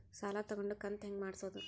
ಸಾಲ ತಗೊಂಡು ಕಂತ ಹೆಂಗ್ ಮಾಡ್ಸೋದು?